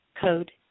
Code